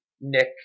Nick